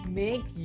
make